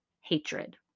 hatred